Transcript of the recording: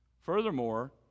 Furthermore